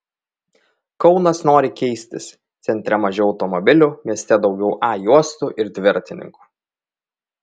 kaunas nori keistis centre mažiau automobilių mieste daugiau a juostų ir dviratininkų